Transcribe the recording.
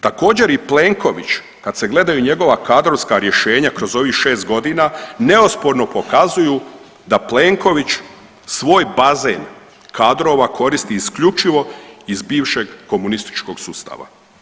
Također, i Plenković, kad se gledaju njegova kadrovska rješenja kroz ovih 6 godina, neosporno pokazuju da Plenković svoj bazen kadrova koristi isključivo iz bivšeg komunističkog sustava.